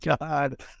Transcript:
god